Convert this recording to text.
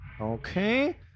Okay